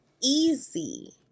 easy